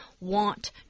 want